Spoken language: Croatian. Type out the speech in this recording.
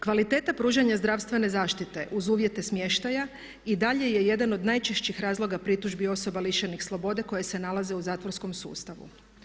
Kvaliteta pružanja zdravstvene zaštite uz uvjete smještaja i dalje je jedan od najčešćih razloga pritužbi osoba lišenih slobode koje se nalaze u zatvorskom sustavu.